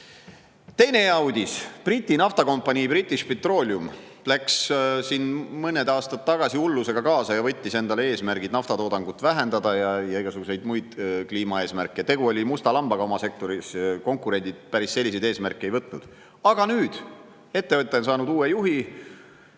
Teine hea uudis. Briti naftakompanii British Petroleum läks mõned aastad tagasi hullusega kaasa, võttis endale eesmärgi naftatoodangut vähendada ja seadis igasuguseid muid kliimaeesmärke. Tegu oli musta lambaga oma sektoris, konkurendid päris selliseid eesmärke ei võtnud. Aga nüüd on ettevõte saanud uue juhi